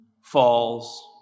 falls